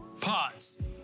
Pause